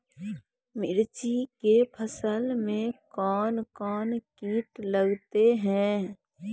मिर्ची के फसल मे कौन कौन कीट लगते हैं?